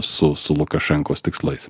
su su lukašenkos tikslais